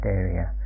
area